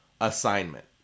assignment